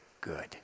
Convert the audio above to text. good